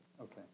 Okay